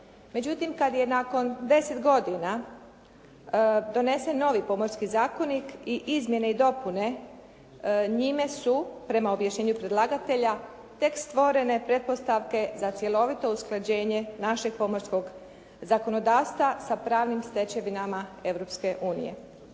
Međutim, kad je nakon 10 godina donesen novi Pomorski zakonik i izmjene i dopune njime su, prema objašnjenju predlagatelja, tek stvorene pretpostavke za cjelovito usklađenje našeg pomorskog zakonodavstva sa pravnim stečevinama